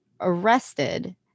arrested